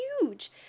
huge